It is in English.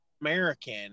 American